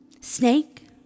Snake